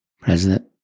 President